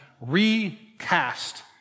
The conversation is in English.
recast